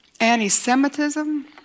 Anti-Semitism